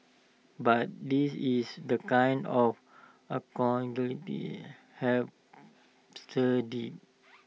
but this is the kind of hipster dig